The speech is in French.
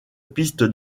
piste